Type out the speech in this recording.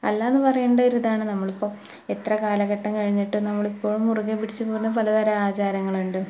അല്ല എന്നു പറയേണ്ട ഒരു ഇതാണ് നമ്മളിപ്പോൾ എത്ര കാലഘട്ടം കഴിഞ്ഞിട്ടും നമ്മളിപ്പോൾ മുറുകെ പിടിച്ചു പോകുന്ന പലതരം ആചാരങ്ങളുണ്ട്